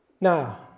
Now